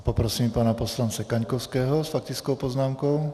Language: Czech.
Poprosím pana poslance Kaňkovského s faktickou poznámkou.